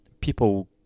people